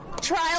trial